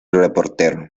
reportero